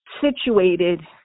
situated